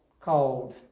called